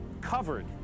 covered